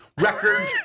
record